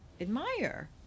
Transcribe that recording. admire